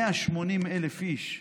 180,000 איש היום,